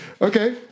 Okay